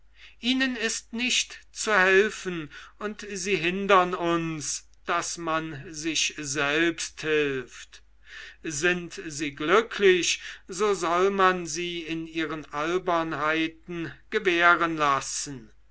ihnen ist nicht zu helfen und sie hindern uns daß man sich selbst hilft sind sie glücklich so soll man sie in ihren albernheiten gewähren lassen